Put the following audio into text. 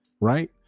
right